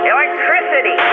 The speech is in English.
Electricity